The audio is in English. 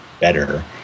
better